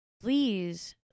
Please